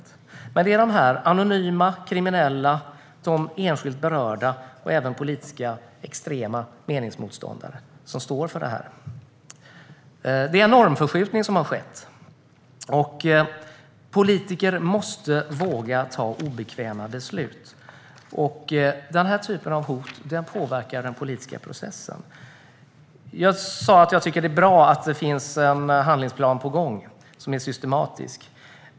Det är dessa grupper som står för detta: de anonyma, de kriminella, de enskilt berörda och de politiskt extrema meningsmotståndarna. Det är en normförskjutning som har skett. Politiker måste våga fatta obekväma beslut. Denna typ av hot påverkar den politiska processen. Jag sa att jag tycker att det är bra att det finns en systematisk handlingsplan som är på gång.